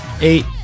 eight